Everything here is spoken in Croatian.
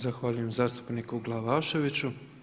Zahvaljujem zastupniku Glavaševiću.